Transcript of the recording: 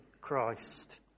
Christ